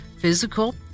physical